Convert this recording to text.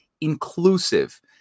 inclusive